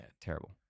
Terrible